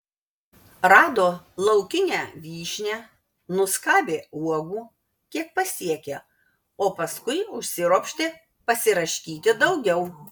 rado laukinę vyšnią nuskabė uogų kiek pasiekė o paskui užsiropštė pasiraškyti daugiau